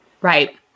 Right